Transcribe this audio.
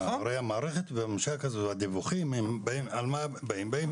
הרי הדיווחים הם על הנכים.